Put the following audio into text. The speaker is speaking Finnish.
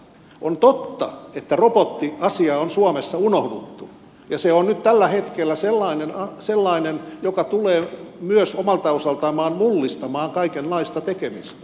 on totta että robottiasia on suomessa unohdettu ja se on nyt tällä hetkellä sellainen joka tulee myös omalta osaltaan mullistamaan kaikenlaista tekemistä